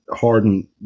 Harden